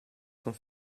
sont